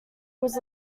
was